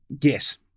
Yes